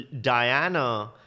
Diana